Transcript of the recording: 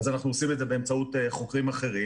אז אנחנו עושים את זה באמצעות חוקרים אחרים.